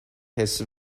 his